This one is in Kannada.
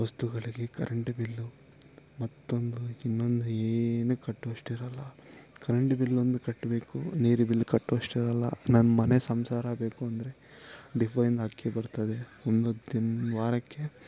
ವಸ್ತುಗಳಿಗೆ ಕರೆಂಟ್ ಬಿಲ್ಲು ಮತ್ತೊಂದು ಇನ್ನೊಂದು ಏನು ಕಟ್ಟುವಷ್ಟಿರಲ್ಲ ಕರೆಂಟ್ ಬಿಲ್ಲು ಒಂದು ಕಟ್ಟಬೇಕು ನೀರಿನ ಬಿಲ್ ಕಟ್ಟುವಷ್ಟಿರಲ್ಲ ನಮ್ಮ ಮನೆ ಸಂಸಾರ ಬೇಕು ಅಂದರೆ ಡಿಪೋಯಿಂದ ಅಕ್ಕಿ ಬರ್ತದೆ ವಾರಕ್ಕೆ